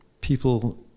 people